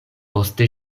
poste